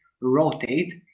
rotate